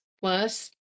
plus